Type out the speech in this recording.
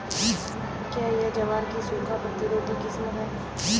क्या यह ज्वार की सूखा प्रतिरोधी किस्म है?